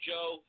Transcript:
Joe